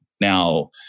Now